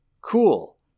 cool